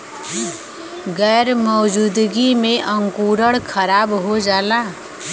गैर मौजूदगी में अंकुरण खराब हो जाला